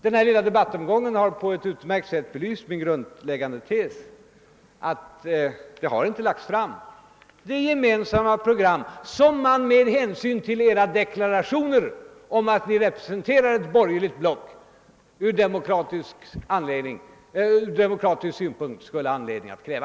Men hela denna debattomgång har på ett utmärkt sätt belyst det grundläggande felet, att det inte har lagts fram ett gemensamt program som man, med hänsyn till deklarationerna om att ni representerar ett borgerligt block, ur demokratisk synpunkt skulle ha anledning kräva.